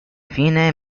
fine